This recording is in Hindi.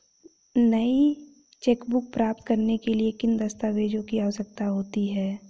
नई चेकबुक प्राप्त करने के लिए किन दस्तावेज़ों की आवश्यकता होती है?